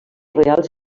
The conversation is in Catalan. reals